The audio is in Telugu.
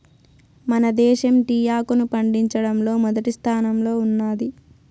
మన దేశం టీ ఆకును పండించడంలో మొదటి స్థానంలో ఉన్నాది